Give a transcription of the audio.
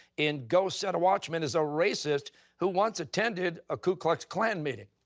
in go set a watchman, is a racist who once attended a ku klux klan meeting?